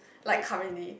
like currently